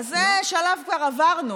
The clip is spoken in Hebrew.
אז זה שלב שכבר עברנו.